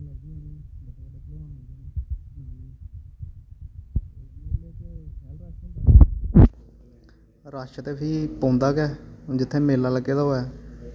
rush ते फ्ही पौंदा गै हून जित्थै मेला लग्गे दा होऐ